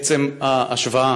עצם ההשוואה